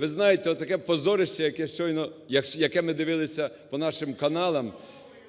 ви знаєте, от таке позорище, яке щойно… яке ми дивилися по нашим каналам,